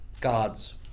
God's